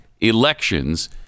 elections